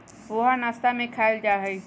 पोहा नाश्ता में खायल जाहई